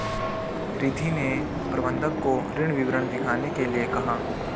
रिद्धी ने प्रबंधक को ऋण विवरण दिखाने के लिए कहा